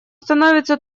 становится